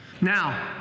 Now